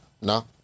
No